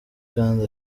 kandi